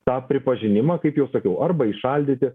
tą pripažinimą kaip jau sakiau arba įšaldyti